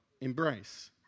embrace